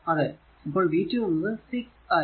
അതെ അപ്പോൾ v2 എന്നത് 6 I